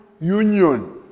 union